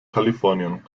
kalifornien